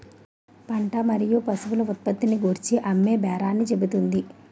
పంట మరియు పశువుల ఉత్పత్తిని గూర్చి అమ్మేబేరాన్ని చెబుతుంది